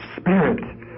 spirit